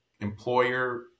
employer